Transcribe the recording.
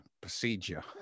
procedure